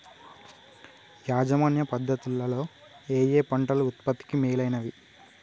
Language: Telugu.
యాజమాన్య పద్ధతు లలో ఏయే పంటలు ఉత్పత్తికి మేలైనవి?